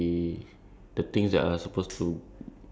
I like to procrastinate a lot